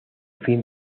fin